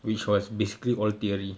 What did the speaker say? which was basically all theory